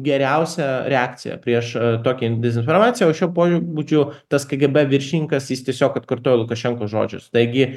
geriausia reakcija prieš tokią dezinformaciją o šiuo pobūdžiu tas kgb viršininkas jis tiesiog atkartojo lukašenkos žodžius taigi